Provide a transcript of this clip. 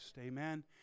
amen